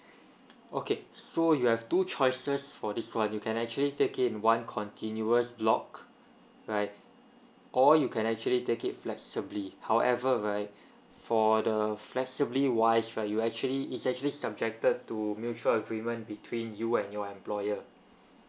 okay so you have two choices for this one you can actually take it in one continuous block right or you can actually take it flexibly however right for the flexibly wise right you actually it's actually subjected to mutual agreement between you and your employer